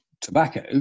tobacco